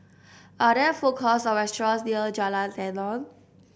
are there food courts or restaurants near Jalan Tenon